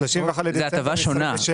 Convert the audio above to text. זו הטבה שונה.